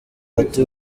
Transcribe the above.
ati